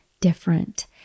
different